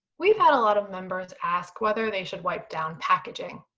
we've had a lot of members ask whether they should wipe down packaging.